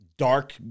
Dark